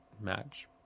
match